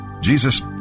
Jesus